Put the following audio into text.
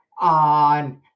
on